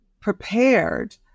prepared